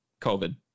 COVID